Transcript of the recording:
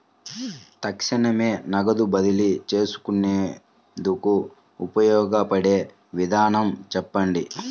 తక్షణమే నగదు బదిలీ చేసుకునేందుకు ఉపయోగపడే విధానము చెప్పండి?